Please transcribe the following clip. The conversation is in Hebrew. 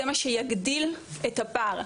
זה מה שיגדיל את הפער,